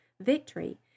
victory